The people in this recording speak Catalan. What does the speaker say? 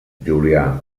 julià